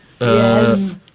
Yes